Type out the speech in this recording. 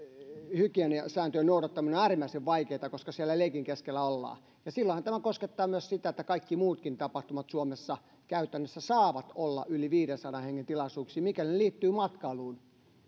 hygieniasääntöjen noudattaminen on äärimmäisen vaikeata koska siellä leikin keskellä ollaan silloinhan tämä koskettaa myös sitä että kaikki muutkin tapahtumat suomessa käytännössä saavat olla yli viidensadan hengen tilaisuuksia mikäli ne liittyvät matkailuun